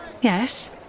Yes